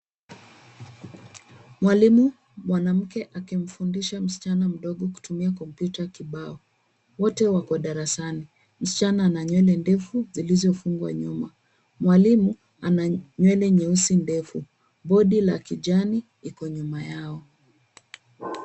Mwalimu mwanamke akimfundisha msichana mdogo kutumia kompyuta kibao. Wote wako darasani. Msichana ana nywele ndefu zilizofungwa nyuma. Mwalimu ana nywele nyeusi ndefu. Bodi la kijani iko nyuma yao.